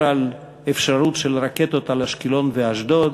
על אפשרות של רקטות על אשקלון ואשדוד